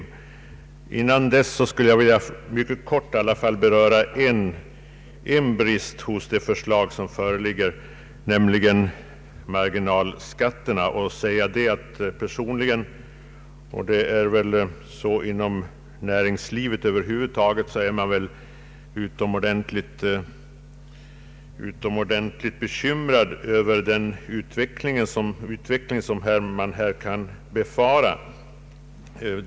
Dessförinnan skulle jag i alla fall mycket kort vilja beröra en av bristerna i det föreliggande förslaget och framhålla att man inom näringslivet är utomordentligt bekymrad över den utveckling som kan befaras med anledning av marginalskatterna.